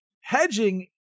hedging